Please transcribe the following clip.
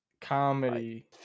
comedy